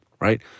right